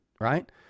right